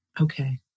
Okay